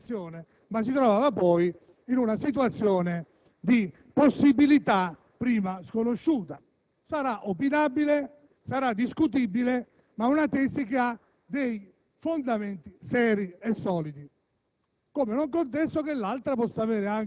non aveva potuto esercitarlo al momento delle elezioni, ma si trovava poi in una situazione di possibilità prima sconosciuta. Sarà opinabile, discutibile, ma è una tesi che ha dei fondamenti seri e solidi,